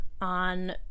on